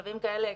תקצוב קדימה?